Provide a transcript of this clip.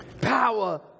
Power